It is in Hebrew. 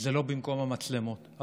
זה לא במקום המצלמות,